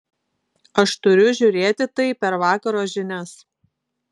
aš turiu žiūrėti tai per vakaro žinias